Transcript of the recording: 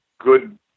good